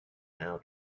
now